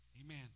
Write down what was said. amen